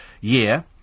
year